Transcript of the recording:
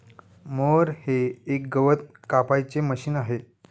mower हे एक गवत कापायचे मशीन आहे